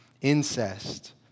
incest